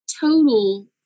total